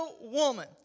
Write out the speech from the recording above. woman